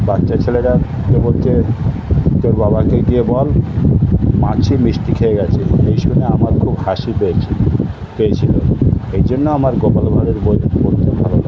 বাচ্চা ছেলেটাকে বলছে তোর বাবাকে গিয়ে বল মাছি মিষ্টি খেয়ে গেছে এই শুনে আমার খুব হাসি পেয়েছে পেয়েছিলো এই জন্য আমার গোপাল ভাঁড়ের বই পড়তে ভালো লাগে